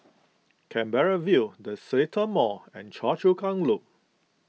Canberra View the Seletar Mall and Choa Chu Kang Loop